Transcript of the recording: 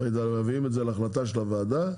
מביאים את זה להחלטה של הוועדה,